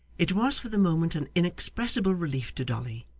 it was for the moment an inexpressible relief to dolly,